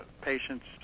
patients